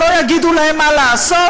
שלא יגידו להם מה לעשות,